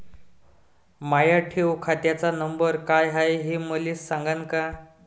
माया ठेव खात्याचा नंबर काय हाय हे मले सांगान का?